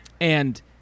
and-